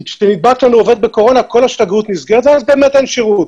כשנדבק לנו עובד בקורונה כל השגרירות נסגרת ואז באמת אין שירות,